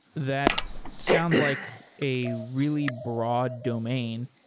that sounds like a really broad domain.